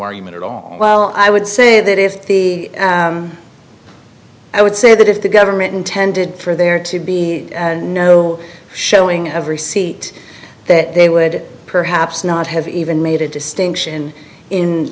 argument at all well i would say that is i would say that if the government intended for there to be no showing of receipt that they would perhaps not have even made a distinction in